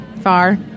far